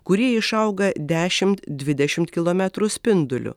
kurie išauga dešimt dvidešimt kilometrų spinduliu